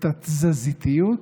את התזזיתיות,